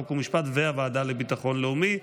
חוק ומשפט והוועדה לביטחון לאומי.